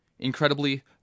Incredibly